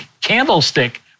candlestick